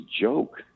joke